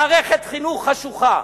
מערכת חינוך חשוכה.